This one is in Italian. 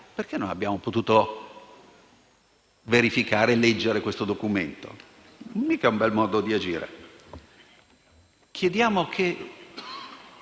Perché non abbiamo potuto verificare e leggere questo documento? Non è certo un bel modo di agire. Chiediamo che